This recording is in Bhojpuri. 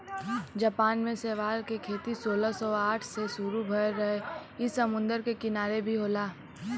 जापान में शैवाल के खेती सोलह सौ साठ से शुरू भयल रहे इ समुंदर के किनारे भी होला